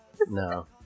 No